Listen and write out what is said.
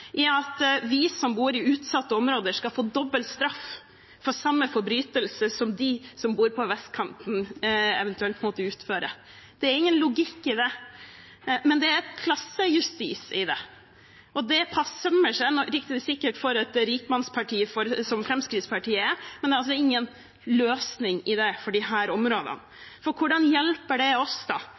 i at vi som bor i utsatte områder, skal få dobbel straff av det som de som bor på vestkanten, skal få for den samme forbrytelsen. Det er ingen logikk i det, men det er klassejustis i det. Det sømmer seg sikkert for et rikmannsparti som Fremskrittspartiet, men det er ingen løsning i det for disse områdene. Hvordan hjelper det